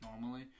normally